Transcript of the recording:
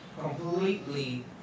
completely